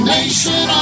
nation